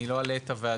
אני לא אלאה את הוועדה.